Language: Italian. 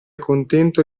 contento